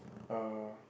uh